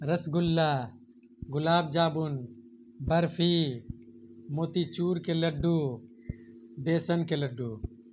رس گلہ گلاب جامن برفی موتی چور کے لڈو بیسن کے لڈو